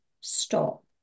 stop